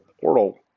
portal